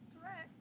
correct